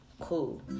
cool